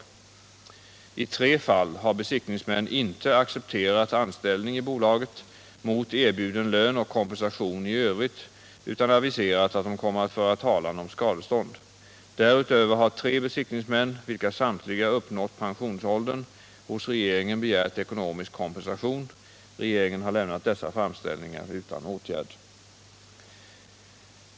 23 I tre fall har besiktningsmän inte accepterat anställning i bolaget mot erbjuden lön och kompensation i övrigt utan aviserat att de kommer att föra talan om skadestånd. Därutöver har tre besiktningsmän, vilka samtliga uppnått pensionsåldern, hos regeringen begärt ekonomisk kompensation. Regeringen har lämnat dessa framställningar utan åtgärd.